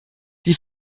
die